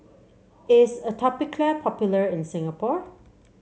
is Atopiclair popular in Singapore